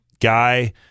guy